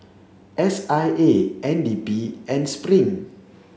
S I A N D P and Spring